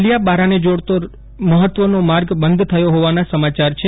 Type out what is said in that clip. નલીયા બારાને જોડતો મહત્વનો માર્ગ બંધ થયો હોવાના સમાચાર છે